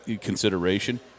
consideration